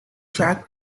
drag